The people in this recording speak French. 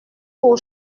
pour